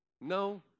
No